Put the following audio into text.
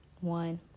one